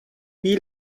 wie